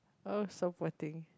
oh so poor thing